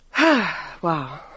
Wow